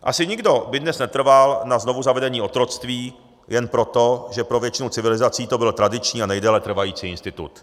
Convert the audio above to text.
Asi nikdo by dnes netrval na znovuzavedení otroctví jen proto, že pro většinu civilizací to byl tradiční a nejdéle trvající institut.